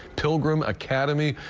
pilgrim academy,